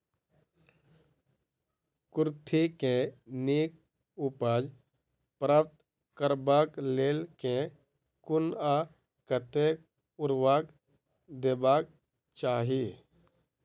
कुर्थी केँ नीक उपज प्राप्त करबाक लेल केँ कुन आ कतेक उर्वरक देबाक चाहि?